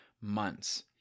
months